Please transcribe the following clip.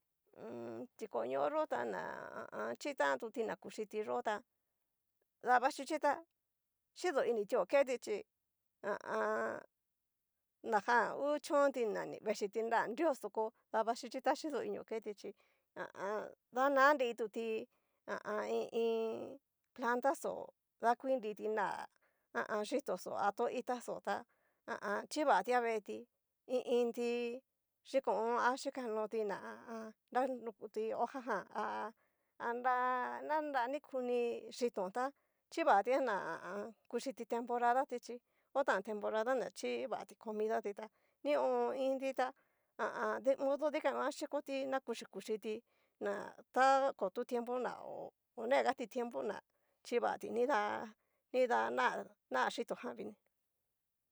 Mmm tikoño'yo tana ha a an. chitanti, na kuchíti'yó ta, dabaxhita xidotu inio keti chí ha a an. najan hu chonti na vechiti nra drios, doko davaxhichi ta chidoinio keti chí, ha a an. nadanrituti, ha i iin. plataxo daku nriti nra ha a an. yitóxo a to itá xó, ta ha a an. chivatia veeti, i iinti yikon hon a yiñakoti na ha a an. nanrukuti hoja jan, a nra na nara dikuni xiton tá, chivatia na ha a an. kuchiti temporada ti chí, o tan temporada na chivati comidati tá nion, iinti tá ha a an. de modo dikan nguan, yikoti na kuchi kuchiti na kotu tiempo na ho onegati tiempo, na chivati nidá nidá nara chiton jan vini.